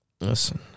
Listen